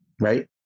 right